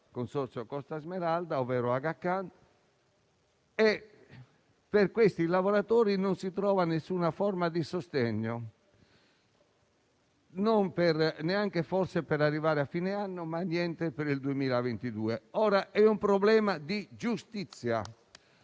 consorzio Costa Smeralda (ovvero Aga Khan). Ebbene, per questi lavoratori non si trova alcuna forma di sostegno, neanche forse per arrivare a fine anno e niente per il 2022. Si tratta di un problema di giustizia